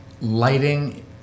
lighting